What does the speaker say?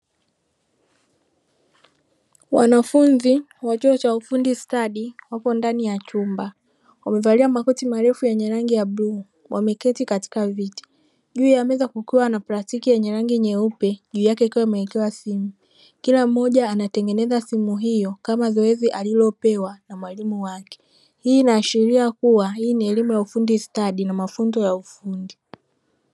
Wanafunzi wa chuo cha ufundi stadi wapo ndani ya chumba wamevalia makoti marefu yenye rangi ya bluu, wameketi katika viti juu ya meza kukiwa na plastiki yenye rangi nyeupe juu yake ikiwa imewekewa simu, kila mmoja anatengeneza simu hiyo kama zoezi alilopewa na mwalimu wake. Hii inaashiria kuwa hii ni elimu ya ufundi stadi na mafunzo ya ufundi.